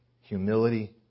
humility